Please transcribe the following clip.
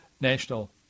national